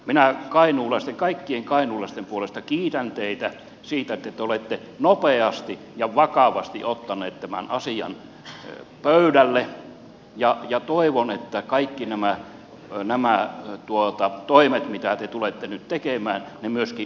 minä kaikkien kainuulaisten puolesta kiitän teitä siitä että te olette nopeasti ja vakavasti ottaneet tämän asian pöydälle ja toivon että kaikki nämä toimet mitä te tulette nyt tekemään myöskin onnistuvat